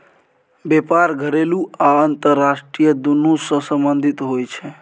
बेपार घरेलू आ अंतरराष्ट्रीय दुनु सँ संबंधित होइ छै